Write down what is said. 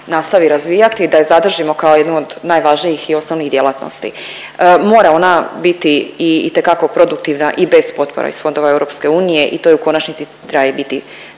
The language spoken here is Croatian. nastavi razvijati, da je zadržimo kao jednu od najvažnijih i osnovnih djelatnosti. Mora ona biti itekako produktivna i bez potpora iz fondova EU i to je u konačnici treba i biti